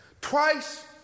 Twice